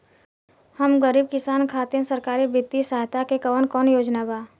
हम गरीब किसान खातिर सरकारी बितिय सहायता के कवन कवन योजना बा?